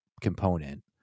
component